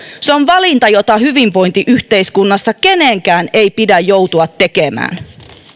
se on valinta jota hyvinvointiyhteiskunnassa kenenkään ei pidä joutua tekemään